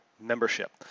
membership